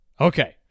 Okay